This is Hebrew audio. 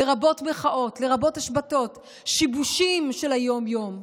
לרבות מחאות, לרבות השבתות, שיבושים של היום-יום,